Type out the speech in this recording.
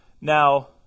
Now